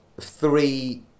three